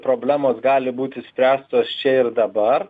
problemos gali būt išspręstos čia ir dabar